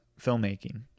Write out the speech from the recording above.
filmmaking